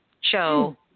show